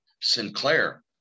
Sinclair